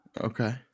okay